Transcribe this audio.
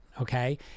Okay